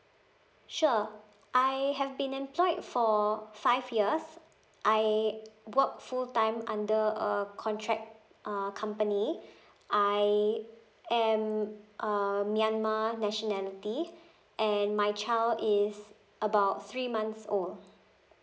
sure I have been employed for five years I work full time under a contract uh company I am a myanmar nationality and my child is about three months old